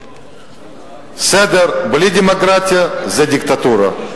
סדר בלי דמוקרטיה זה דיקטטורה.